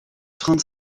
trente